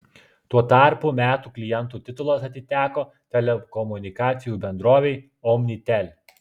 tuo tarpu metų klientų titulas atiteko telekomunikacijų bendrovei omnitel